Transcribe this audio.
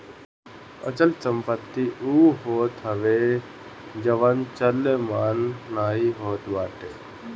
अचल संपत्ति उ होत हवे जवन चलयमान नाइ होत बाटे